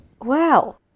Wow